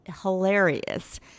hilarious